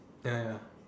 ya ya